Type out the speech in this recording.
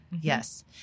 Yes